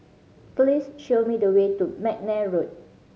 please show me the way to McNair Road